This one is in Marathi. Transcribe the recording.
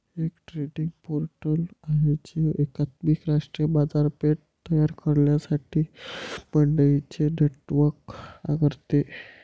एक ट्रेडिंग पोर्टल आहे जे एकात्मिक राष्ट्रीय बाजारपेठ तयार करण्यासाठी मंडईंचे नेटवर्क करते